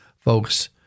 Folks